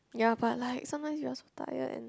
ya but like sometimes you are so tired and